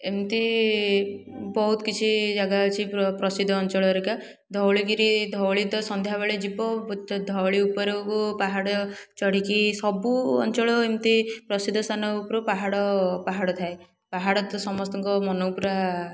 ଏମିତି ବହୁତ କିଛି ଜାଗା ଅଛି ପ୍ର ପ୍ରସିଦ୍ଧ ଅଞ୍ଚଳ ହେରକା ଧଉଳିଗିରି ଧଉଳି ତ ସନ୍ଧ୍ୟାବେଳେ ଯିବ ଧଉଳି ଉପରକୁ ପାହାଡ଼ ଚଢ଼ିକି ସବୁ ଅଞ୍ଚଳ ଏମିତି ପ୍ରସିଦ୍ଧ ସ୍ଥାନ ଉପରୁ ପାହାଡ଼ ପାହାଡ଼ ଥାଏ ପାହାଡ଼ ତ ସମସ୍ତଙ୍କ ମନକୁ ପୂରା